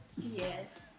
yes